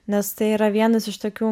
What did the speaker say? nes tai yra vienas iš tokių